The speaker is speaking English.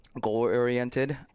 goal-oriented